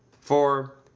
for,